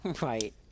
Right